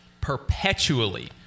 perpetually